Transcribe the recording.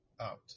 out